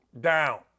down